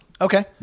Okay